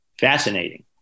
fascinating